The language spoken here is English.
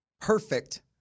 Perfect